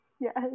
Yes